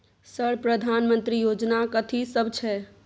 Sir प्रधानमंत्री योजना कथि सब छै?